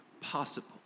possible